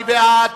מי בעד,